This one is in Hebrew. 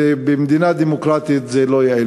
ובמדינה דמוקרטית זה לא יאה.